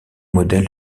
modèle